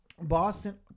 Boston